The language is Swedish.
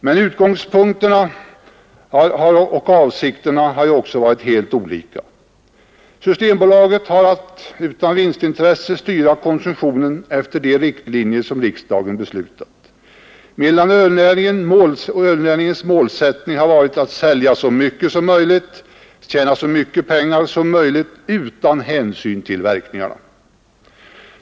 Men utgångspunkterna och avsikterna har ju också varit helt olika. Systembolaget har haft att utan vinstintressen styra konsumtionen efter de riktlinjer som riksdagen beslutat, medan ölnäringens målsättning har varit att sälja så mycket som möjligt, att tjäna så mycket pengar som möjligt utan hänsyn till verkningarna.